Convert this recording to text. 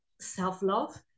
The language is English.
self-love